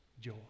joy